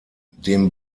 dem